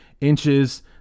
inches